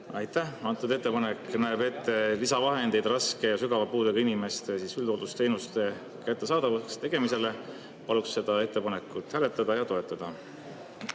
Aitäh! Antud ettepanek näeb ette lisavahendeid raske ja sügava puudega inimeste üldhooldusteenuste kättesaadavaks tegemiseks. Paluks seda ettepanekut hääletada ja toetada.